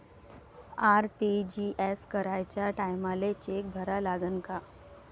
RTGS कराच्या टायमाले cheque भरा लागन का?